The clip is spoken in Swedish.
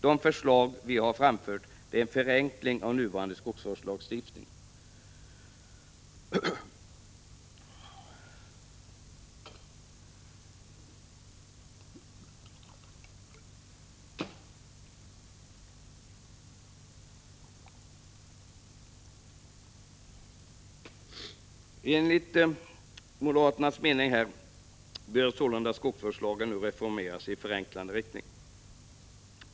De förslag som vi har framfört innebär en förenkling av nuvarande skogsvårdslagstiftning. Enligt moderaternas mening bör således skogsvårdslagen nu reformeras i förenklande riktning.